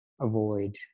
avoid